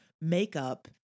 makeup